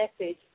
message